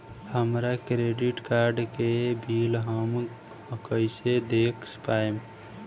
हमरा credit card के bill हम कइसे देख पाएम?